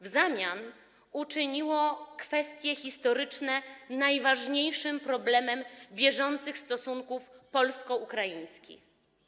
W zamian uczyniło kwestie historyczne najważniejszym problemem bieżących stosunków polsko-ukraińskich.